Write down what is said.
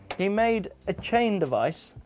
he made a chain device,